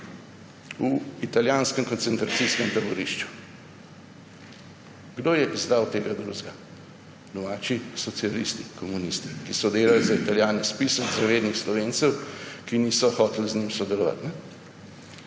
v italijanskem koncentracijskem taborišču. Kdo je izdal tega drugega? Novači socialisti, komunisti, ki so delali za Italijane spisek zavednih Slovencev, ki niso hoteli z njimi sodelovati.